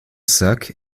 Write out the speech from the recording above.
sac